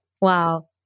Wow